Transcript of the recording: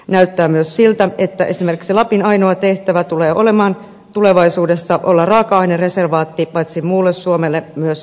näyttää myös siltä että esimerkiksi lapin ainoa tehtävä tulee olemaan tulevaisuudessa olla raaka ainereservaatti paitsi muulle suomelle myös euroopalle